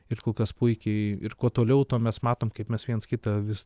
ir kol kas puikiai ir kuo toliau tuo mes matom kaip mes viens kitą vis